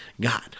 God